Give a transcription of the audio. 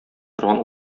торган